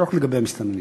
לא רק לגבי המסתננים.